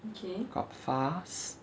got fars